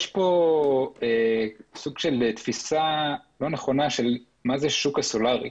יש תפיסה לא נכונה של מהו השוק הסולרי.